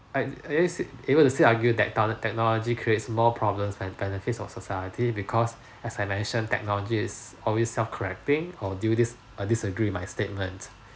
I are you still able to still argue that tolo~ technology creates more problems than benefits for society because as I mentioned technology is always self correcting or due this uh err disagree with my statement